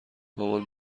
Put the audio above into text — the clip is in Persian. مامان